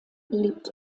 lebt